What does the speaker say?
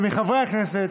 ומחברי הכנסת,